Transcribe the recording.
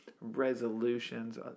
Resolutions